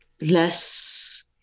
less